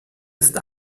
ist